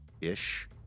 ish